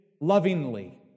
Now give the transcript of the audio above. lovingly